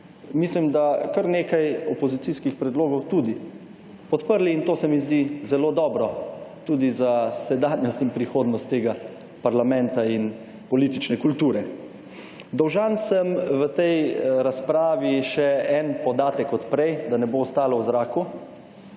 mislim da kar nekaj opozicijskih predlogov tudi podprli in to se mi zdi zelo dobro, tudi za sedanjost in prihodnost tega parlamenta in politične kulture. Dolžan sem v tej razpravi še en podatek od prej, da ne bo ostalo v zraku.